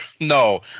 No